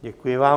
Děkuji vám.